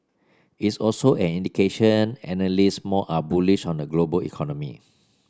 it's also an indication analysts more are bullish on the global economy